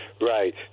Right